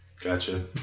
Gotcha